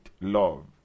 love